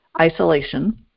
isolation